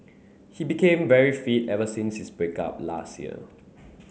he became very fit ever since his break up last year